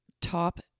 top